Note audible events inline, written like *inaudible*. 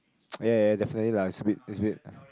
*noise* ya ya definitely lah it's weird it's weird